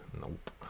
Nope